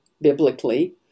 biblically